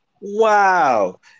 Wow